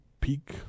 peak